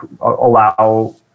allow